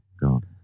God